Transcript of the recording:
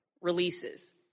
releases